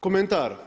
Komentar.